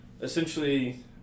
essentially